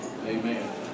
Amen